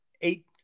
eight